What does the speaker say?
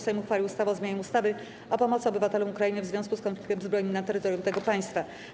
Sejm uchwalił ustawę o zmianie ustawy o pomocy obywatelom Ukrainy w związku z konfliktem zbrojnym na terytorium tego państwa.